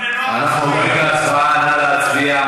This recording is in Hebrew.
אנחנו עוברים להצבעה.